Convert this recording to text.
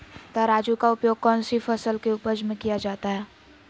तराजू का उपयोग कौन सी फसल के उपज में किया जाता है?